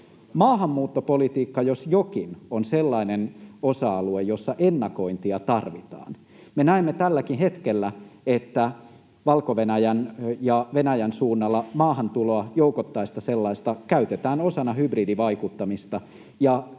Maahanmuuttopolitiikka jos jokin on sellainen osa-alue, jossa ennakointia tarvitaan. Me näemme tälläkin hetkellä, että Valko-Venäjän ja Venäjän suunnalla maahantuloa, joukottaista sellaista, käytetään osana hybridivaikuttamista,